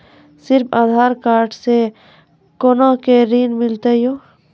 सिर्फ आधार कार्ड से कोना के ऋण मिलते यो?